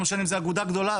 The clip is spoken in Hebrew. לא משנה אם זה אגודה גדולה.